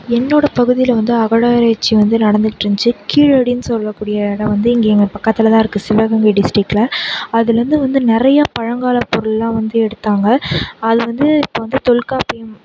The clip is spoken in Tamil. என்னோட பகுதியில் வந்து அகழ்வாராய்ச்சி வந்து நடந்துட்ருந்துச்சி கீழடின்னு சொல்லக்கூடிய எடம் வந்து இங்கே எங்கள் பக்கத்தில் தான் இருக்கு சிவகங்கை டிஸ்ட்ரிக்கில் அதுலேந்து வந்து நிறையா பழங்கால பொருள்லாம் வந்து எடுத்தாங்க அதில் வந்து இப்போ வந்து தொல்காப்பியம்